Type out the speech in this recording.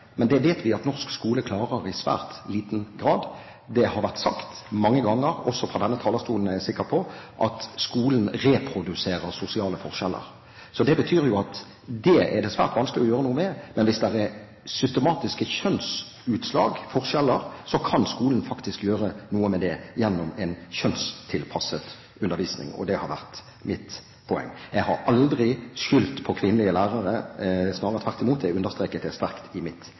men det vet vi at norsk skole i svært liten grad klarer. Det har vært sagt mange ganger – også fra denne talerstolen, er jeg sikker på – at skolen reproduserer sosiale forskjeller. Det betyr jo at det er det svært vanskelig å gjøre noe med, men hvis det er systematiske kjønnsutslag og -forskjeller, kan skolen faktisk gjøre noe med det gjennom en kjønnstilpasset undervisning. Det har vært mitt poeng. Jeg har aldri skyldt på kvinnelige lærere, snarere tvert imot – jeg understreket det sterkt i mitt